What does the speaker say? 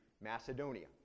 Macedonia